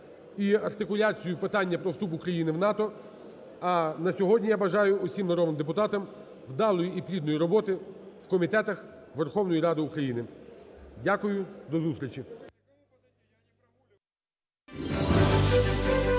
і артикуляцію питання про вступ України в НАТО. А на сьогодні я бажаю усім народним депутатам вдалої і плідної роботи в комітетах Верховної Ради України. Дякую, до зустрічі.